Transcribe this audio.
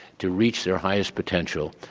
to reach their highest potential,